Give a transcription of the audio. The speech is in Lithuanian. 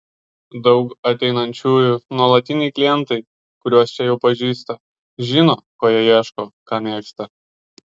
daug ateinančiųjų nuolatiniai klientai kuriuos čia jau pažįsta žino ko jie ieško ką mėgsta